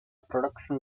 production